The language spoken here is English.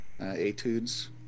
Etudes